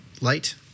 light